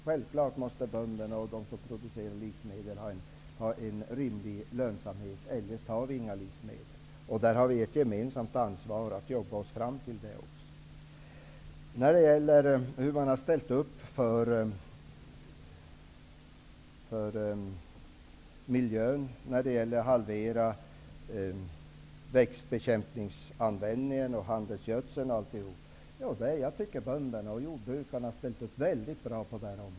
Självfallet måste bönderna och de som producerar livsmedel ha en rimlig lönsamhet. Eljest har vi inga livsmedel. Här har vi ett gemensamt ansvar att arbeta oss fram till en lösning. Jag tycker att jordbrukarna har ställt upp mycket bra på detta område. Man har ställt upp för miljön och för att halvera användningen av växtbekämpningsmedel och handelsgödsel.